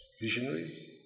visionaries